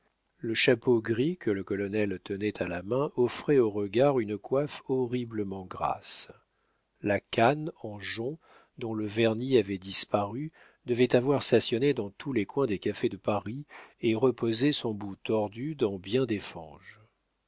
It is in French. le chapeau gris que le colonel tenait à la main offrait aux regards une coiffe horriblement grasse la canne en jonc dont le vernis avait disparu devait avoir stationné dans tous les coins des cafés de paris et reposé son bout tordu dans bien